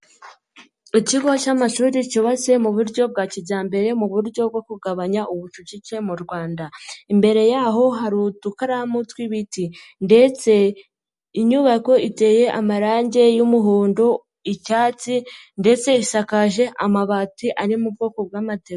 Ikigo cy'amashuri cyubatse mu buryo bwa kijyambere mu buryo bwo kugabanya ubucucike mu Rwanda, imbere yaho hari udukaramu tw'ibiti ndetse inyubako iteye amarangi y'umuhondo, icyatsi ndetse isakaje amabati ari mu bwoko bw'amategura.